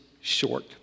short